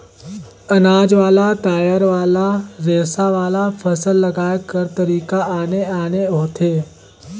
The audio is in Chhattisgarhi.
अनाज वाला, दायर वाला, रेसा वाला, फसल लगाए कर तरीका आने आने होथे